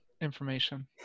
information